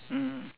mm